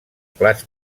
plats